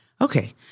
Okay